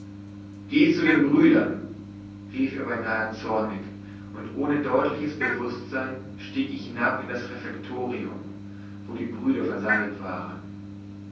gehe zu den brüdern rief er beinahe zornig und ohne deutliches bewußtsein stieg ich hinab in das refektorium wo die brüder versammelt waren